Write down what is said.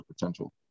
potential